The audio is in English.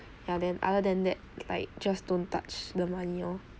ya then other than that like just don't touch the money lor